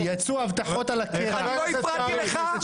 יצאו הבטחות על הקרח --- לא הפרעתי לך.